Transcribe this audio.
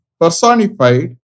personified